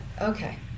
Okay